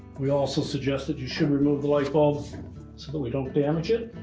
we also suggest that you should remove the light bulb so that we don't damage it.